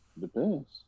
Depends